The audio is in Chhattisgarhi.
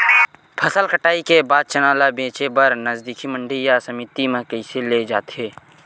फसल कटाई के बाद चना ला बेचे बर नजदीकी मंडी या समिति मा कइसे ले जाथे?